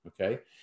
okay